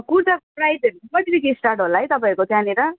कुर्ताको प्राइसहरू चाहिँ कतिदेखि स्टार्ट होला है तपाईँहरूको त्यहाँनिर